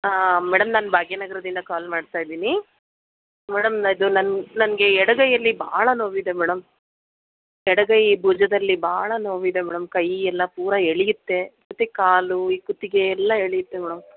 ಹಾಂ ಮೇಡಮ್ ನಾನು ಭಾಗ್ಯ ನಗರದಿಂದ ಕಾಲ್ ಮಾಡ್ತಾ ಇದ್ದೀನಿ ಮೇಡಮ್ ನ ಇದು ನನ್ಗ್ ನನಗೆ ಎಡಗೈಯಲ್ಲಿ ಭಾಳಾ ನೋವಿದೆ ಮೇಡಮ್ ಎಡಗೈ ಭುಜದಲ್ಲಿ ಭಾಳಾ ನೋವಿದೆ ಮೇಡಮ್ ಕೈ ಎಲ್ಲ ಪೂರ ಎಳೆಯುತ್ತೆ ಮತ್ತೆ ಕಾಲು ಈ ಕುತ್ತಿಗೆ ಎಲ್ಲ ಎಳೆಯುತ್ತೆ ಮೇಡಮ್